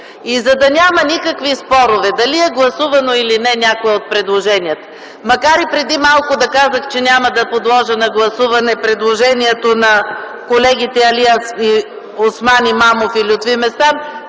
За да няма никакви спорове дали е гласувано или не някое от предложенията, макар преди малко да казах, че няма да подложа на гласуване предложението на колегите Алиосман Имамов и Лютви Местан,